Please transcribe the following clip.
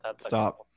stop